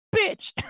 bitch